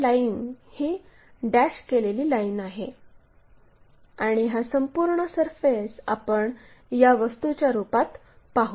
तर अदृश्य लाईन ही डॅश केलेली लाईन आहे आणि हा संपूर्ण सरफेस आपण या वस्तूच्या रूपात पाहू